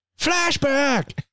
flashback